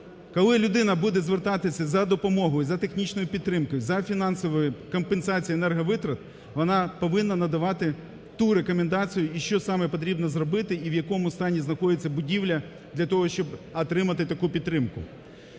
коли людина буде звертатися за допомогою, за технічною підтримкою, за фінансовою компенсацією енерговитрат вона повинна надавати ту рекомендацію і що саме потрібно зробити, і в якому стані знаходиться будівля для того, щоб отримати таку підтримку.